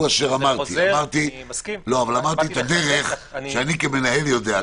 אמרתי את הדרך שאני כמנהל יודע.